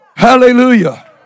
Hallelujah